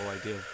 idea